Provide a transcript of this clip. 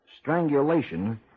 strangulation